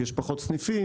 יש פחות סניפים,